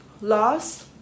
lost